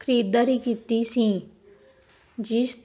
ਖਰੀਦਦਾਰੀ ਕੀਤੀ ਸੀ ਜਿਸ